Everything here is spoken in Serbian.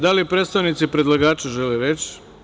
Da li predstavnici predlagača žele reč?